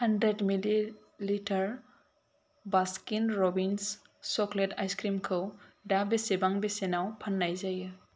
hundred millilitre Baskin Robbins chocolate आइसक्रिमखौ दा बेसेबां बेसेनाव फाननाय जायो